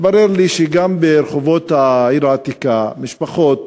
התברר לי שגם ברחובות העיר העתיקה משפחות